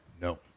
No